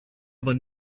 aber